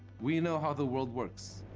we know how the world works,